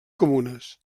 comunes